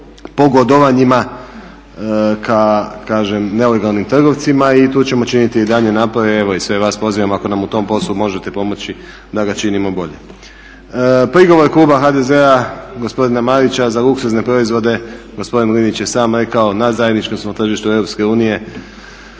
pogodovanjima ka kažem nelegalnim trgovcima. I tu ćemo činiti i dalje napore, evo i sve vas pozivam ako nam u tom poslu možete pomoći da ga činimo bolje. Prigovor kluba HDZ-a, gospodina Marića za luksuzne proizvode, gospodin Linić je sam rekao na zajedničkom smo tržištu Europske unije,